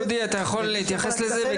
דודי, אתה יכול להתייחס לזה?